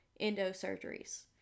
endosurgeries